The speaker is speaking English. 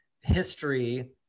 history